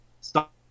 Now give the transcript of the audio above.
stop